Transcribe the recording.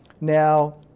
Now